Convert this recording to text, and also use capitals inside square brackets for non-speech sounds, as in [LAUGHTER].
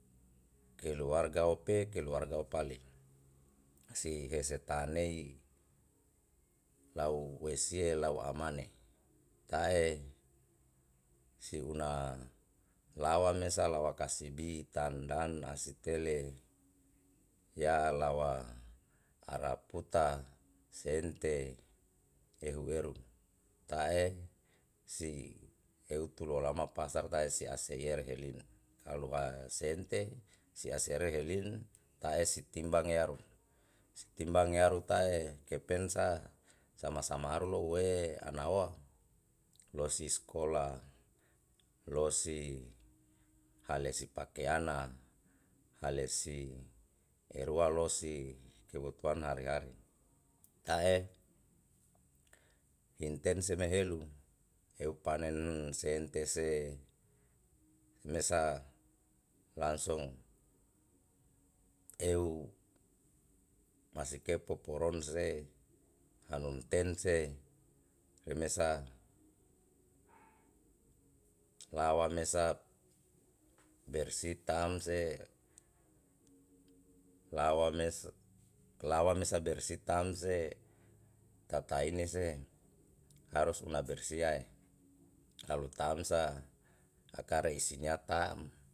Keluarga ope keluarga opali si hese tanei lau wesie lau amane tae si una lawa mesa lawa kasibi tandan [HESITATION] si tele ya lawa araputa sente ehu eru ta'e si eutolalama pasar tae si aseye rehelime kalu ha sente si asere helin ta'e si timbang yaru si timbang yaru tae kepen sa sama samru lo'ue anaowa loesi skola loesi hale sipakeana hale si erua losi kebutuhan hari hari. Ta'e himten seme helu eu panen sente se mesa lansung eu masike poporon se hanu nutense remesa lawa mesa bersih tamse lawa mesa bersih tamse tataine se harus una bersih yae kalu tamsa akare isinya tam.